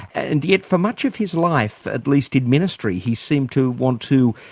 and yet for much of his life, at least in ministry, he seemed to want to,